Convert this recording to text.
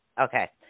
Okay